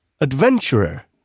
Adventurer